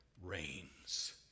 reigns